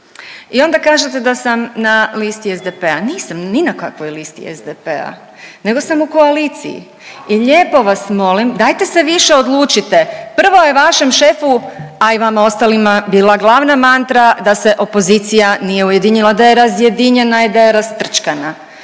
I onda kažete da sam na listi SDP-a. Nisam ni na kakvoj listi SDP-a nego sam u koaliciji. I lijepo vas molim dajte se više odlučite, prvo je vašem šefu a i vama ostalima bila glavna mantra da se opozicija nije ujedinila, da je razjedinjena i da je rastrčkana.